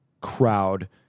crowd